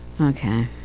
Okay